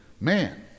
Man